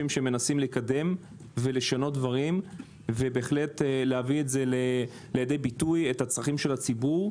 שמנסים לקדם ולשנות דברים ולהביא את זה לידי ביטוי את צורכי הציבור,